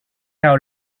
out